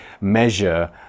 measure